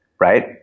right